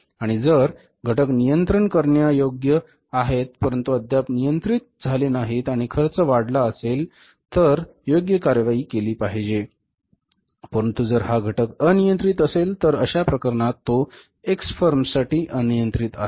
आणि जर घटक नियंत्रित करण्यायोग्य आहेत परंतु अद्याप नियंत्रित झाले नाहीत आणि खर्च वाढला असेल तर योग्य कारवाई केली पाहिजे परंतु जर हा घटक अनियंत्रित असेल तर अशा प्रकरणात तो एक्स फर्मसाठी अनियंत्रित आहे